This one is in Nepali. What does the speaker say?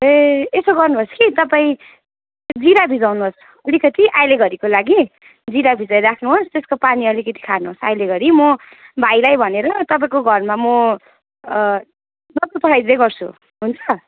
ए यसो गर्नु होस् कि तपाईँ जिरा भिजाउनु होस् अलिकति अहिले घडीको लागि जिरा भिजाई राख्नु होस् त्यसको पानी अलिकति खानु होस् अहिले घडी म भाइलाई भनेर तपाईँको घरमा म डाक्टर पठाइदिँदै गर्छु हुन्छ